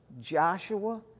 Joshua